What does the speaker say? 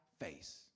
face